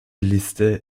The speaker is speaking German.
liste